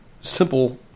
simple